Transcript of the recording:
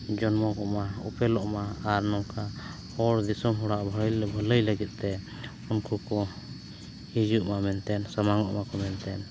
ᱡᱚᱱᱢᱚᱜ ᱢᱟ ᱟᱨ ᱩᱯᱮᱞᱚᱜᱢᱟ ᱟᱨ ᱱᱚᱝᱠᱟ ᱦᱚᱲ ᱫᱤᱥᱚᱢ ᱦᱚᱲᱟᱜ ᱵᱷᱟᱹᱞᱟᱹᱭ ᱵᱷᱟᱹᱞᱟᱹᱭ ᱞᱟᱹᱜᱤᱫᱛᱮ ᱩᱱᱠᱩ ᱠᱚ ᱦᱤᱡᱩᱜᱢᱟ ᱢᱮᱱᱛᱮ ᱥᱟᱢᱟᱝᱚᱜᱼᱟ ᱠᱚ ᱢᱮᱱᱛᱮᱫ